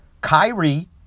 Kyrie